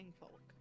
folk